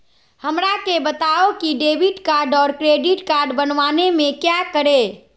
हमरा के बताओ की डेबिट कार्ड और क्रेडिट कार्ड बनवाने में क्या करें?